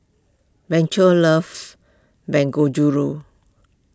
Blanche loves Dangojiru